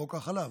חוק החלב.